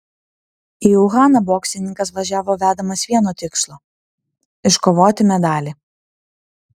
į uhaną boksininkas važiavo vedamas vieno tikslo iškovoti medalį